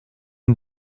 une